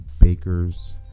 bakers